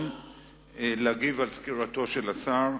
שנתבקשו להגיב על סקירתו של השר.